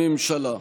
בממשלה.